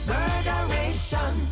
Murderation